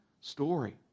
story